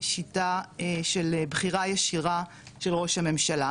שיטה של בחירה ישירה של ראש הממשלה,